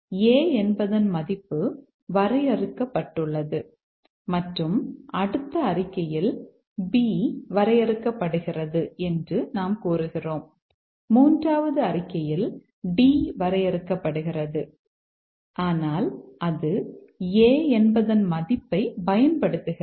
a என்பதன் மதிப்பு வரையறுக்கப்பட்டுள்ளது மற்றும் அடுத்த அறிக்கையில் b வரையறுக்கப்படுகிறது என்று நாம் கூறுகிறோம் மூன்றாவது அறிக்கையில் d வரையறுக்கப்படுகிறது ஆனால் அது a என்பதன் மதிப்பை பயன்படுத்துகிறது